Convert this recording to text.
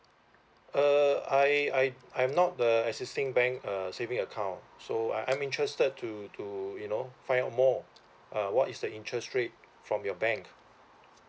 uh I I I'm not the existing bank uh savings account so I'm interested to to you know find out more uh what is the interest rate from your bank